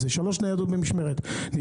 במשמרת.